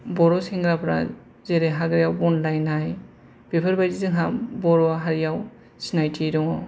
बर' सेंग्राफ्रा जेरै हाग्रायाव बन लायनाय बेफोरबायदि जोंहा बर' हारियाव सिनायथि दङ'